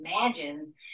imagine